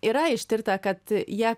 yra ištirta kad jie